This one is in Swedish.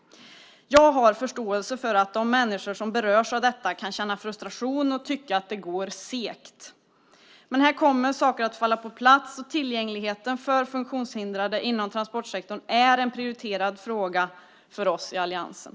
Jag har förståelse för att de människor som berörs av detta kan känna frustration och tycka att det går sakta. Saker kommer att falla på plats, och tillgängligheten för funktionshindrade inom transportsektorn är en prioriterad fråga för oss i alliansen.